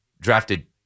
drafted